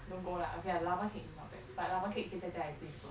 don't go lah okay lah lava cake is not bad but lava cake 可以在家里自己做